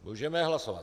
Můžeme hlasovat.